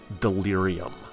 Delirium